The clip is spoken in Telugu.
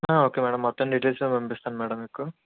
ఓకే మ్యాడమ్ మొత్తం డీటెయిల్సు పంపిస్తాం మ్యాడమ్ మీకు